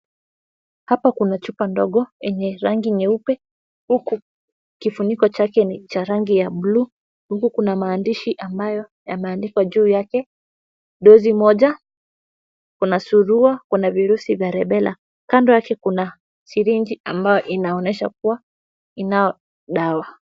Hapa kuna chupa ndogo, enye rangi nyeupe huku kifuniko chake ni cha rangi ya buluu. Kuna maandishi ambayo yakeandikwa juu yake, dozi moja, kuna Surua, kuna virusi vya Rubella. Kando yake, kuna sirinji ambayo inaonyesha kuwa ina dawa.